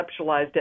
conceptualized